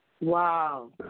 Wow